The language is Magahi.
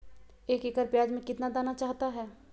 एक एकड़ प्याज में कितना दाना चाहता है?